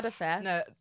No